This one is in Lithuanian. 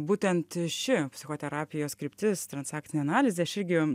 būtent ši psichoterapijos kryptis transakcinė analizė aš irgi